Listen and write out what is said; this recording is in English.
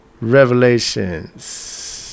Revelations